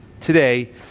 today